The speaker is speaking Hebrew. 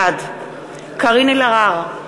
בעד קארין אלהרר,